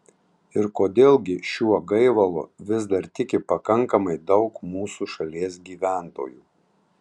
ir kodėl gi šiuo gaivalu vis dar tiki pakankamai daug mūsų šalies gyventojų